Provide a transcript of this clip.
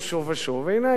והנה, הגענו עד הלום.